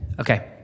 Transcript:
Okay